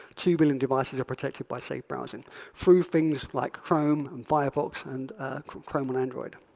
two billion devices are protected by safe browsing through things like chrome, um firefox, and chrome chrome on android.